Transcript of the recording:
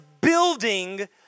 building